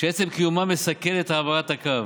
שעצם קיומם מסכן את העברת הקו.